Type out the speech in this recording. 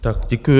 Tak děkuju.